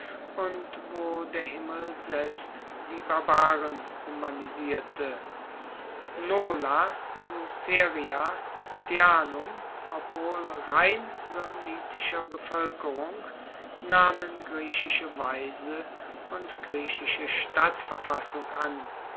und wo der himmel selbst die barbaren humanisierte nola nuceria teanum obwohl rein samnitischer bevoelkerung nahmen griechische weise und griechische stadtverfassung an